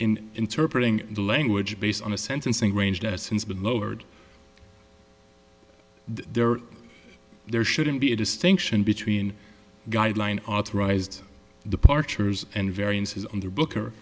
in interpret the language based on a sentencing range that since been lowered there there shouldn't be a distinction between guidelines authorized departures and variances in the book